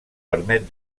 permet